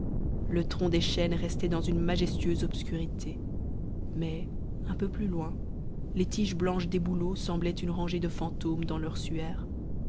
le tronc des chênes restait dans une majestueuse obscurité mais un peu plus loin les tiges blanches des bouleaux semblaient une rangée de fantômes dans leurs suaires